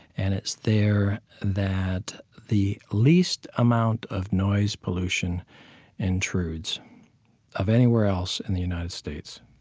and it's there that the least amount of noise pollution intrudes of anywhere else in the united states.